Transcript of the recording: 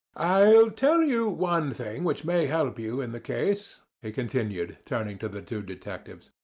i'll tell you one thing which may help you in the case, he continued, turning to the two detectives.